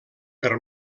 per